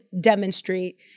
demonstrate